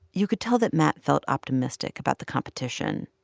you could tell that matt felt optimistic about the competition.